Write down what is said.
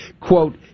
quote